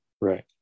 Right